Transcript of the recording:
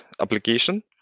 application